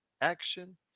action